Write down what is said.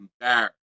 embarrassed